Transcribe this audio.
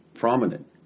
Prominent